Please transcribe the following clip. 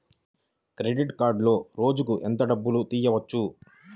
Credit కార్డులో రోజుకు ఎంత డబ్బులు తీయవచ్చు?